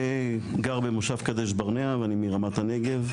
ואני מרמת הנגב,